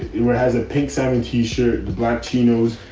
it has a pink seventy shirt, the black chinos,